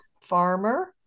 farmer